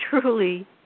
truly